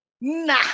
Nah